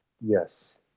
Yes